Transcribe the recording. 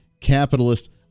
capitalist